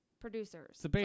producers